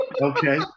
Okay